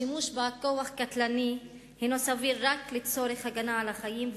השימוש בכוח קטלני הינו סביר רק לצורך הגנה על החיים,